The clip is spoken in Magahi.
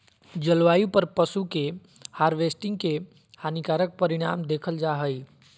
जलवायु पर पशु के हार्वेस्टिंग के हानिकारक परिणाम देखल जा हइ